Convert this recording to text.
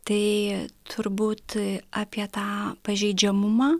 tai turbūt apie tą pažeidžiamumą